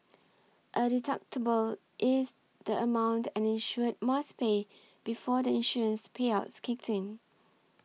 a deductible is the amount an insured must pay before the insurance payout kicks in